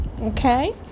okay